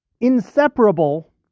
inseparable